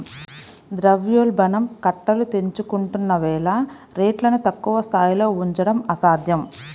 ద్రవ్యోల్బణం కట్టలు తెంచుకుంటున్న వేళ రేట్లను తక్కువ స్థాయిలో ఉంచడం అసాధ్యం